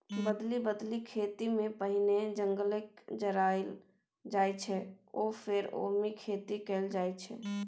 बदलि बदलि खेतीमे पहिने जंगलकेँ जराएल जाइ छै आ फेर ओहिमे खेती कएल जाइत छै